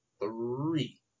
three